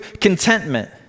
contentment